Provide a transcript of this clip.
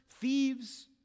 thieves